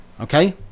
Okay